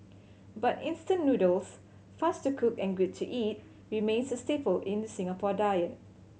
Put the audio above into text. but instant noodles fast to cook and good to eat remains a staple in the Singapore diet